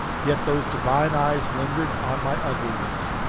yet those divine eyes lingered on my ugliness.